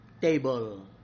table